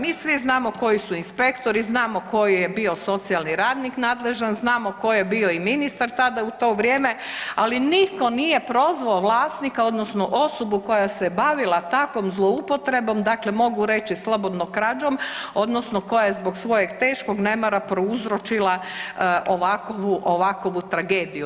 Mi svi znamo koji su inspektori, znamo koji je bio socijalni radnik nadležan, znamo ko je bio i ministar tada u to vrijeme, ali niko nije prozvao vlasnika odnosno osobu koja se bavila takvom zloupotrebom, dakle mogu reći slobodno krađom odnosno koja je zbog svojeg teškog nemara prouzročila ovakovu, ovakovu tragediju.